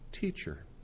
teacher